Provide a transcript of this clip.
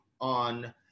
on